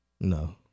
no